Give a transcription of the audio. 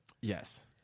Yes